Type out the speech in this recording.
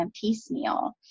piecemeal